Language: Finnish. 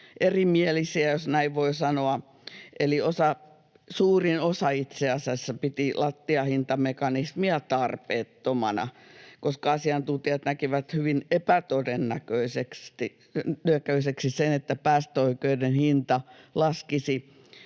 erimielisiä, jos näin voi sanoa. Suurin osa itse asiassa piti lattiahintamekanismia tarpeettomana, koska asiantuntijat näkivät hyvin epätodennäköiseksi sen, että päästöoikeuden hinta laskisi